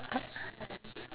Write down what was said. ya